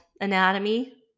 Anatomy